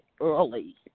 early